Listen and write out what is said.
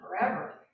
forever